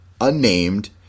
unnamed